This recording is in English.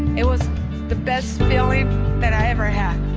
it was the best feeling that i ever had.